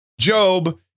Job